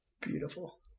Beautiful